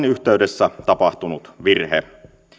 yhteydessä tapahtunut virhe